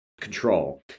control